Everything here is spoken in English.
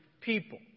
people